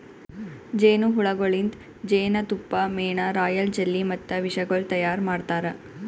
ಜೇನು ಹುಳಗೊಳಿಂದ್ ಜೇನತುಪ್ಪ, ಮೇಣ, ರಾಯಲ್ ಜೆಲ್ಲಿ ಮತ್ತ ವಿಷಗೊಳ್ ತೈಯಾರ್ ಮಾಡ್ತಾರ